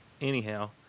Anyhow